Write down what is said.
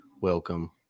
welcome